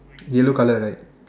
yellow color right